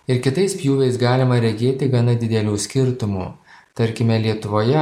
ir kitais pjūviais galima regėti gana didelių skirtumų tarkime lietuvoje